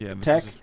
tech